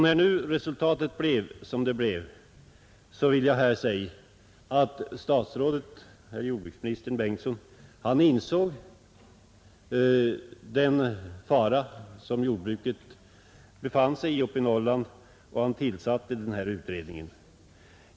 När nu resultatet blev som det blev vill jag här säga att herr jordbruksministern Bengtsson insåg den fara som jordbruket befann sig i uppe i Norrland och tillsatte den här utredningen.